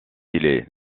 est